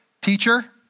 Teacher